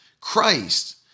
Christ